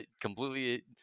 Completely